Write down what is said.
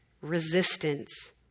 resistance